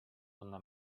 ona